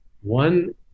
one